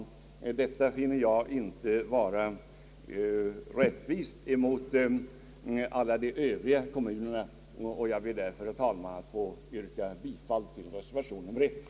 Detta, herr talman, finner jag inte vara rättvist mot alla de övriga kommunerna, och jag ber därför att få yrka bifall till reservation 1.